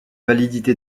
validité